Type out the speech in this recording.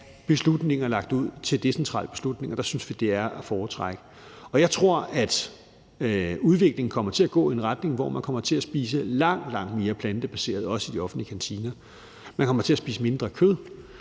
beslutningerne er lagt ud decentralt, synes vi at det er at foretrække. Jeg tror, at udviklingen kommer til at gå i den retning, at man kommer til at spise langt, langt mere plantebaseret kost, også i de offentlige kantiner. Man kommer til at spise mindre kød,